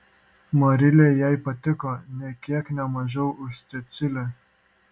marilė jai patiko nė kiek ne mažiau už cecilę